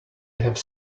have